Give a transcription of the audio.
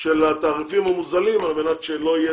של התעריפים המוזלים על מנת שלא יהיה